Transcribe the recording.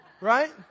right